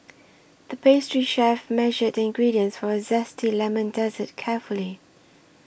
the pastry chef measured the ingredients for a Zesty Lemon Dessert carefully